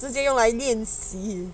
直接用来练习